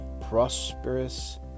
prosperous